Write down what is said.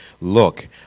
look